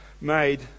made